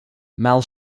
mal